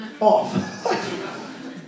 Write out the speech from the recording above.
...off